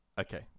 Okay